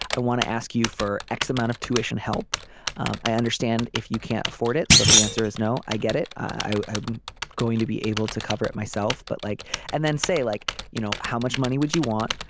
i want to ask you for x amount of tuition help um i understand if you can't afford it. so if the answer is no i get it. i am going to be able to cover it myself but like and then say like you know how much money would you want.